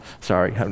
Sorry